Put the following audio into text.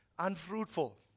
unfruitful